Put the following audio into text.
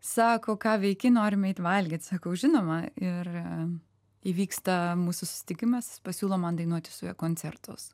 sako ką veiki norim eiti valgyti sakau žinoma ir įvyksta mūsų susitikimas pasiūlo man dainuoti su juo koncertus